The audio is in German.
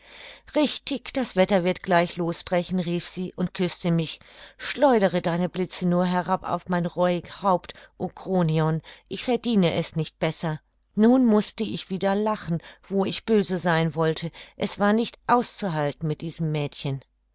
richtig das wetter wird gleich losbrechen rief sie und küßte mich schleudere deine blitze nur herab auf mein reuig haupt o kronion ich verdiene es nicht besser nun mußte ich wieder lachen wo ich böse sein wollte es war nicht auszuhalten mit diesem mädchen